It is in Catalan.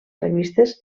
revistes